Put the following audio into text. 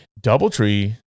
DoubleTree